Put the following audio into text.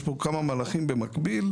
יש פה כמה מהלכים במקביל,